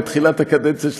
זה היה בתחילת הקדנציה של